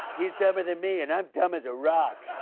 he's dumber than me, and i'm dumb as a rock.